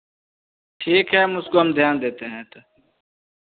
ठीक है हम उसको हम ध्यान देते हैं